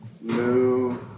move